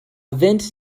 vent